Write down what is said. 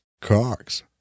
cocks